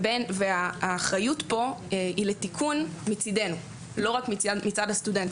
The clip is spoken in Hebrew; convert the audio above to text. והאחריות פה היא לתיקון מצדנו, לא רק מצד הסטודנט.